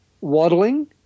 waddling